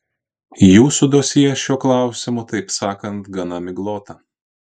jūsų dosjė šiuo klausimu taip sakant gana miglota